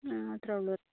അത്രയേ ഉള്ളൂ